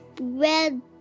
red